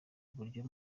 buryo